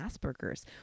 Asperger's